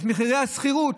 את מחירי השכירות.